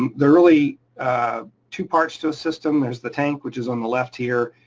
there're really two parts to a system. there's the tank, which is on the left here,